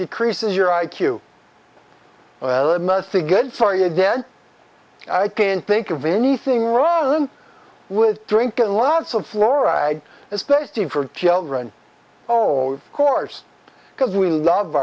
decreases your i q well it must be good sorry again i can't think of anything wrong with drinking lots of fluoride especially for children oh of course because we love